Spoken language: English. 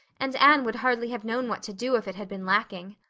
and anne would hardly have known what to do if it had been lacking.